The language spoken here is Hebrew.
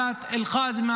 חבר הכנסת עודד פורר,